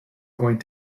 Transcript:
going